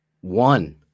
One